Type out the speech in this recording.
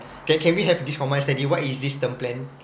can we have this common understanding what is this term plan